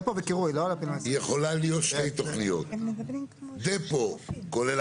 היא יכולה להיות שתי תוכניות: דפו כולל